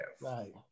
Right